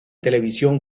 televisión